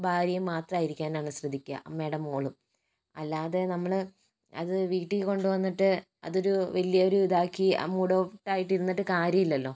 ഭാര്യയും മാത്രയിരിക്കാനാണ് ശ്രദ്ധിക്കാ അമ്മയുടെ മോളും അല്ലാതെ നമ്മള് അത് വീട്ടിൽ കൊണ്ടു വന്നിട്ട് അതൊരു വലിയൊരു ഇതാക്കി മൂഡോഫായിട്ട് ഇരുന്നിട്ട് കാര്യമില്ലല്ലോ